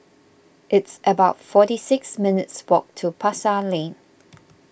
it's about forty six minutes' walk to Pasar Lane